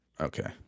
okay